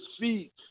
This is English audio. feet